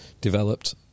developed